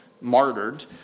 martyred